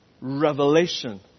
revelation